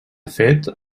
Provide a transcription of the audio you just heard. fet